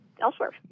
elsewhere